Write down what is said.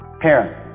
parent